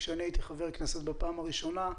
כשהייתי חבר כנסת בפעם הראשונה,